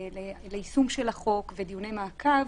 ליישום של החוק ודיוני מעקב